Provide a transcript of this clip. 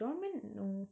dormant no